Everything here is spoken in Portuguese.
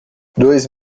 dois